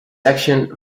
action